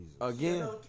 Again